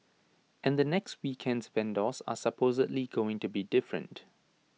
and the next weekend's vendors are supposedly going to be different